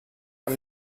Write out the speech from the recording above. are